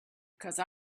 because